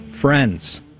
friends